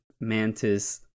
Mantis